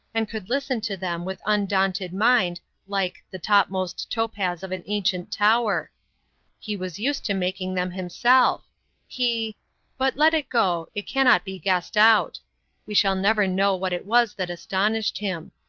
and could listen to them with undaunted mind like the topmost topaz of an ancient tower he was used to making them himself he but let it go, it cannot be guessed out we shall never know what it was that astonished him.